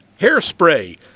Hairspray